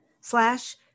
slash